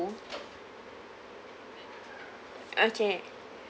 okay